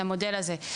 למודל הזה.